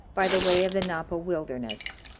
by the way of the napo wilderness.